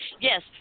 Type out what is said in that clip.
Yes